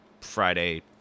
Friday